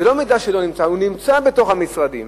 זה לא מידע שלא נמצא, הוא נמצא בתוך המשרדים.